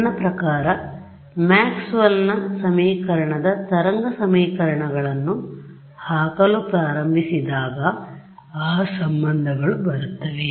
ನನ್ನ ಪ್ರಕಾರ ಮ್ಯಾಕ್ಸ್ವೆಲ್ನMaxwell's ಸಮೀಕರಣದ ತರಂಗ ಸಮೀಕರಣಗಳನ್ನು ಹಾಕಲು ಪ್ರಾರಂಭಿಸಿದಾಗ ಆ ಸಂಬಂಧಗಳು ಬರುತ್ತವೆ